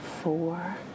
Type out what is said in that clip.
four